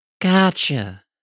Gotcha